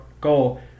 goal